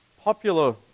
popular